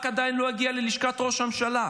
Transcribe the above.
השב"כ עדיין לא הגיע ללשכת ראש הממשלה?